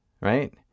right